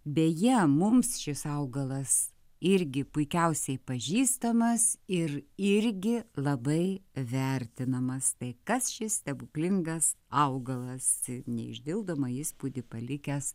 beje mums šis augalas irgi puikiausiai pažįstamas ir irgi labai vertinamas tai kas šis stebuklingas augalas neišdildomą įspūdį palikęs